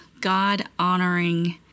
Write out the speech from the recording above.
God-honoring